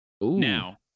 Now